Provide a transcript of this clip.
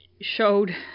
showed